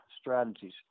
strategies